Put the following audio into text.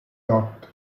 dott